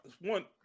one